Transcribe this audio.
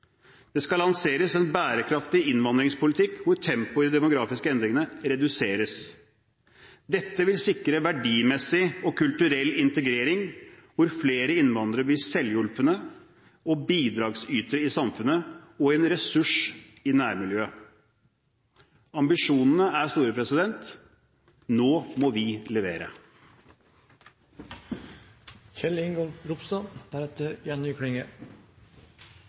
Det skal lanseres en bærekraftig innvandringspolitikk, hvor tempoet i de demografiske endringene reduseres. Dette vil sikre verdimessig og kulturell integrering, hvor flere innvandrere blir selvhjulpne og bidragsytere i samfunnet og en ressurs i nærmiljøet. Ambisjonene er store. Nå må vi levere.